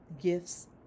gifts